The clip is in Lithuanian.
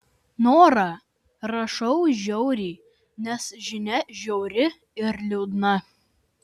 nora rašau žiauriai nes žinia žiauri ir liūdna